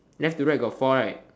left to right got four right